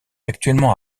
actuellement